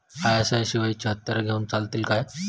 ISI शिवायची हत्यारा घेऊन चलतीत काय?